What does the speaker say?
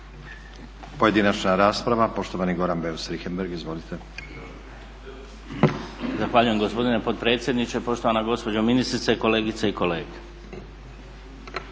Pojedinačna rasprava poštovani Goran Beus-Richembergh. **Beus Richembergh, Goran (HNS)** Zahvaljujem gospodine potpredsjedniče, poštovana gospođo ministrice, kolegice i kolege.